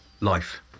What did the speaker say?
Life